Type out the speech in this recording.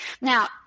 Now